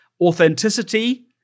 authenticity